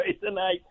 tonight